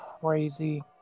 crazy